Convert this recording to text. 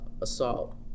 assault